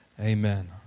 Amen